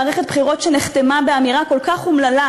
מערכת בחירות שנחתמה באמירה כל כך אומללה